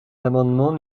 l’amendement